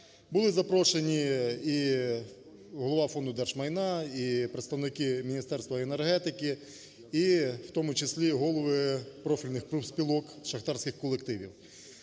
Були запрошені і голова Фонду держмайна, і представники Міністерства енергетики, і в тому числі голови профільних профспілок, шахтарських колективів.